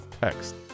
text